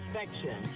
inspection